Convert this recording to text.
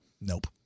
Nope